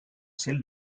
celle